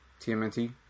TMNT